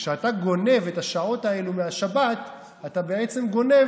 כשאתה גונב את השעות האלה מהשבת, אתה גונב